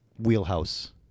wheelhouse